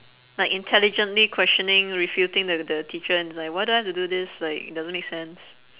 like intelligently questioning refuting th~ the teacher and it's like why do I have to do this like it doesn't make sense